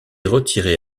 retirés